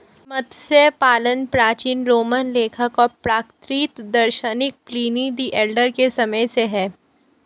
मत्स्य पालन प्राचीन रोमन लेखक और प्राकृतिक दार्शनिक प्लिनी द एल्डर के समय से है